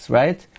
right